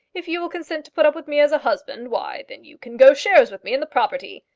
if you will consent to put up with me as a husband, why, then you can go shares with me in the property.